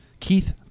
Keith